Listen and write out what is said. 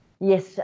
Yes